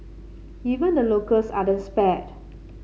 even the locals spared